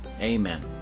Amen